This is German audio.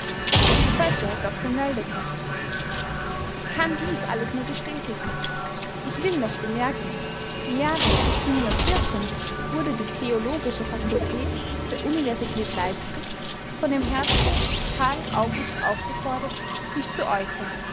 professor dr nöldecke ich kann dies alles nur bestätigen ich will noch bemerken im jahre wurde die theologische fakultät der universität leipzig von dem herzog karl august aufgefordert sich zu äußern